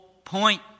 Point